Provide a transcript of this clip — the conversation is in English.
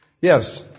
Yes